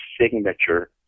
signature